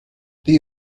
they